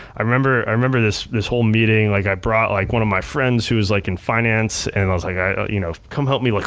i remember i remember this this whole meeting, like i brought like one of my friends whose like in finance and i was like you know come help me, like